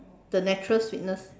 the natural sweetness